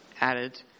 added